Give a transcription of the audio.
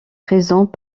présent